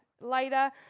later